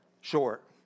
Short